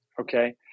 Okay